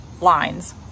lines